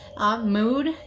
Mood